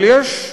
אבל יש,